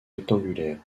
rectangulaire